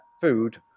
food